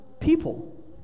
people